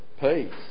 peace